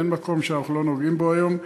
אין מקום שאנחנו לא נוגעים בו היום.